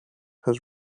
his